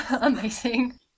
Amazing